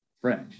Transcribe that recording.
French